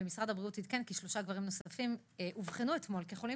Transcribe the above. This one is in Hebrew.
ומשרד הבריאות עדכן כי שלושה גברים נוספים אובחנו אתמול כחולים